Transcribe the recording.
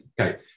Okay